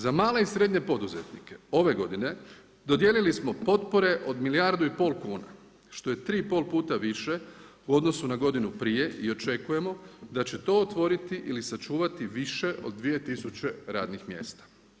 Za male i srednje poduzetnike ove godine dodijelili smo potpore od milijardu i pol kuna što je 3,5 puta više u odnosu na godinu prije i očekujemo da će to otvoriti ili sačuvati više od 2 tisuće radnih mjesta.